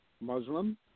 Muslim